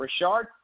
Rashard